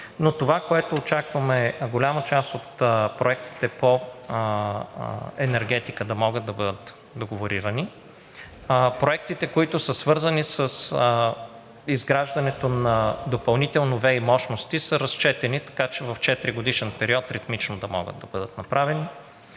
Това, което очакваме – голяма част от проектите по енергетика, да могат да бъдат договорирани, проектите, които са свързани с изграждането на допълнителни ВЕИ мощности, са разчетени, така че в четиригодишен период ритмично да могат да бъдат направени.